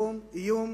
איום